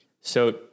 So-